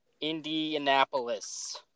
Indianapolis